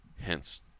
hence